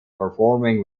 performing